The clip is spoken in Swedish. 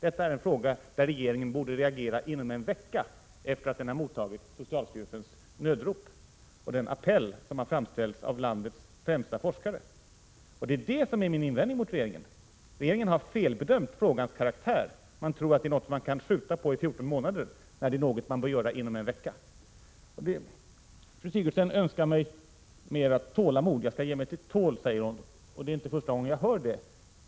Detta är en fråga där regeringen borde reagera inom en vecka efter det att den mottagit socialstyrelsens nödrop och den appell som framställts av landets främsta forskare. Detta är min invändning mot regeringen: Regeringen har felbedömt frågans karaktär. Man tror att detta är något som man kan skjuta på i 14 månader, när det handlar om något som man bör göra inom en vecka. Fru Sigurdsen önskar mig mer tålamod. Jag skall ge mig till tåls, säger hon. Det är inte första gången jag hör det.